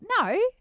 no